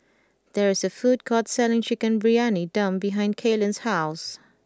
there is a food court selling Chicken Briyani Dum behind Kaylen's house